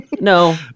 No